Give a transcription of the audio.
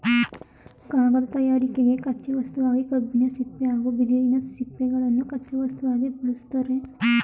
ಕಾಗದ ತಯಾರಿಕೆಗೆ ಕಚ್ಚೆ ವಸ್ತುವಾಗಿ ಕಬ್ಬಿನ ಸಿಪ್ಪೆ ಹಾಗೂ ಬಿದಿರಿನ ಸಿಪ್ಪೆಗಳನ್ನು ಕಚ್ಚಾ ವಸ್ತುವಾಗಿ ಬಳ್ಸತ್ತರೆ